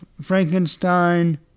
Frankenstein